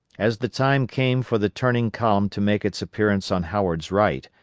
as the time came for the turning column to make its appearance on howard's right,